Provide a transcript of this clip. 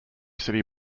city